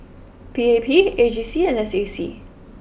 P A P A G C and S A C